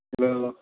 hello